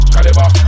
Caliber